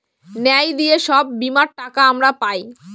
ন্যায় দিয়ে সব বীমার টাকা আমরা পায়